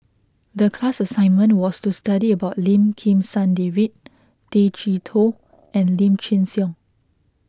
the class assignment was to study about Lim Kim San David Tay Chee Toh and Lim Chin Siong